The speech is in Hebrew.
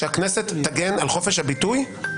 שהכנסת תגן על חופש הביטוי.